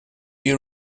you